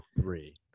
three